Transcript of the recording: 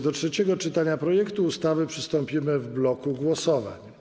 Do trzeciego czytania projektu ustawy przystąpimy w bloku głosowań.